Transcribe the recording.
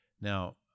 Now